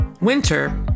Winter